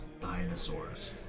Dinosaurs